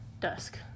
Dusk